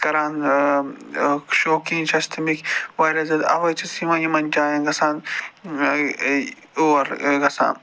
کَران شوقیٖن چھِ اَسہِ تَمِکۍ واریاہ زیادٕ اَوَے چھِ أسۍ یِوان یِمَن جایَن گژھان اور گژھان